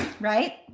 right